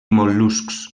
mol·luscs